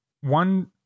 one